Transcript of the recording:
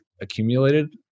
accumulated